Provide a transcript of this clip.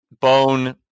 bone